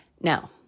Now